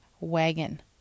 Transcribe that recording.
wagon